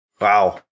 Wow